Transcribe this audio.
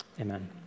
Amen